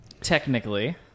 Technically